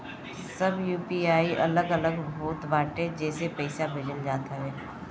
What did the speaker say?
सबकर यू.पी.आई अलग अलग होत बाटे जेसे पईसा भेजल जात हवे